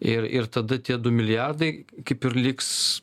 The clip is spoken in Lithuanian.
ir ir tada tie du milijardai kaip ir liks